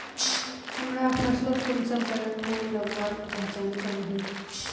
हमरा फसलोत कुंसम करे फूल लगवार पहचान करो ही?